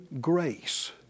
grace